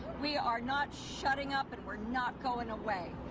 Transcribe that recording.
we are not shutting up and we are not going away.